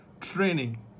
training